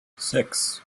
six